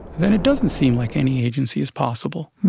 then it doesn't seem like any agency is possible.